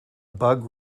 bug